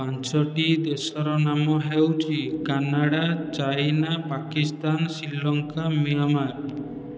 ପାଞ୍ଚଟି ଦେଶର ନାମ ହେଉଛି Canada China Pakistan Sri Lanka Myanmar